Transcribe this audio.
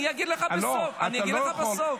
אני אגיד לך בסוף, אני אגיד לך בסוף.